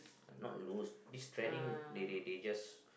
not loose this trading they they they just